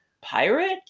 pirate